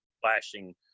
flashing